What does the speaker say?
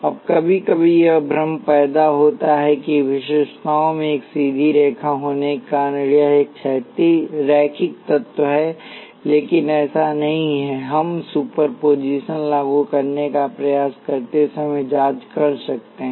अब कभी कभी यह भ्रम पैदा होता है कि विशेषताओं में एक सीधी रेखा होने के कारण यह एक रैखिक तत्व है लेकिन ऐसा नहीं है कि हम सुपरपोज़िशन लागू करने का प्रयास करते समय जाँच कर सकते हैं